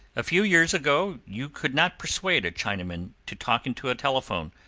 a few years ago you could not persuade a chinaman to talk into a telephone,